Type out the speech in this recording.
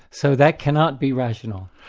so that cannot be rational.